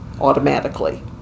automatically